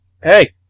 hey